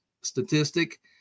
statistic